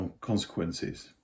consequences